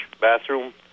bathroom